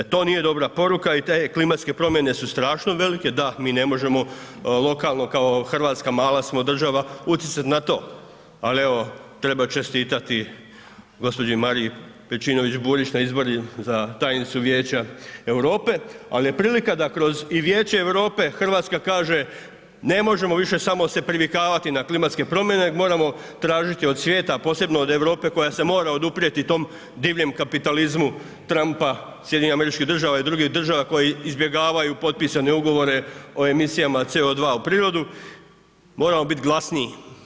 E to nije dobra poruka i te klimatske promjene su strašno velike, da, mi ne možemo lokalno, kao Hrvatska mala smo država utjecati na to ali evo, treba čestitati gđi Mariji Pejčinović Burić na izborima za tajnicu Vijeća Europe ali je prilika da kroz i Vijeće Europe, Hrvatska kaže ne možemo više samo se privikavati na klimatske promjene nego moramo tražiti od svijeta, posebno od Europe koja se mora oduprijeti tom divljem kapitalizmu Trumpa, SAD-a i drugih država koje izbjegavaju potpisane ugovore o emisijama CO2 u prirodu, moramo biti glasniji.